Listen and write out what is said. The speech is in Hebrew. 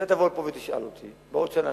אתה תבוא לפה ותשאל אותי בעוד שנה,